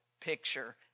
picture